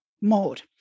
mode